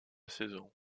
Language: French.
saison